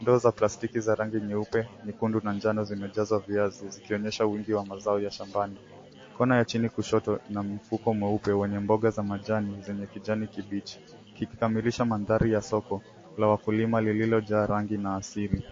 ndoo za plastiki za rangi nyeupe, Mekundu na njano vimejazwa viazi vikionyesha uwingi wa mazao shambani. Kona ya chini kushoto kuna mfuko mweupe wenye mboga za majani zenye kijani kibichi kikikamilisha mandhari ya soko la Wakulima Lililojaa rangi na asili.